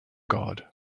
god